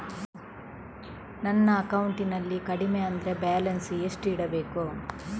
ನನ್ನ ಅಕೌಂಟಿನಲ್ಲಿ ಕಡಿಮೆ ಅಂದ್ರೆ ಬ್ಯಾಲೆನ್ಸ್ ಎಷ್ಟು ಇಡಬೇಕು?